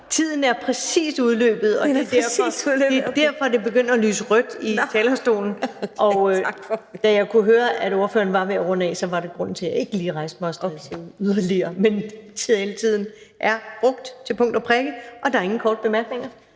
Tiden er præcis udløbet, og det er derfor, at lampen på talerstolen begynder at lyse rødt, og da jeg kunne høre, at ordføreren var ved at runde af, så var det grunden til, at jeg ikke lige rejste mig og stressede yderligere. Men taletiden er brugt til punkt og prikke, og der er ingen korte bemærkninger,